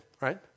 right